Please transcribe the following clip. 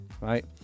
right